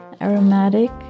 aromatic